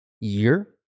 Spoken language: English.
year